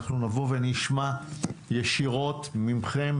אנחנו נבוא ונשמע ישירות מכם,